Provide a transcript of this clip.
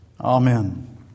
Amen